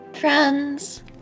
friends